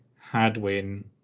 Hadwin